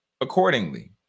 accordingly